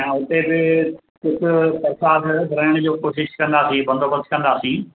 ऐं उते बि कुझु परसाद विराइण जो कोशिश कंदासीं बंदोबस्त कंदासीं